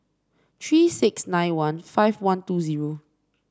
three six nine one five one two zero